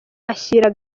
ashyira